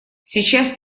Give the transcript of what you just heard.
сейчас